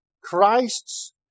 Christ's